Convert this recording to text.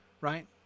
right